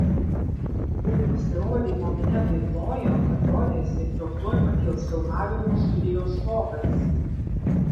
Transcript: po pasirodymo minia taip plojo kad rodėsi jog tuoj pakils filmavimo studijos stogas